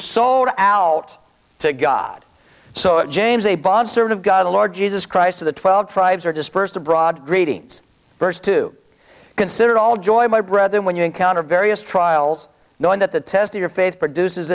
sold out to god so james a bond sort of god the lord jesus christ of the twelve tribes are dispersed abroad greetings first to consider all joy my brother when you encounter various trials knowing that the test of your faith produce